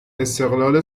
استقلال